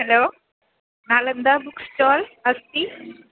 hello Nalanda book stall अस्ति